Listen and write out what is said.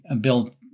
build